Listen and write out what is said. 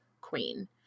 queen